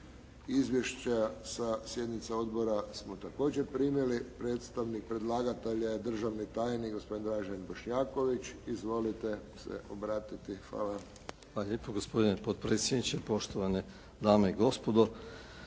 Izvješća sa sjednice odbora smo također primili. Predstavnik predlagatelja je državni tajnik gospodin Dražen Bošnjaković. Izvolite se obratiti. Hvala. **Bošnjaković, Dražen (HDZ)** Hvala lijepa gospodine potpredsjedniče, poštovane dame i gospodo.